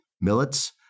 millets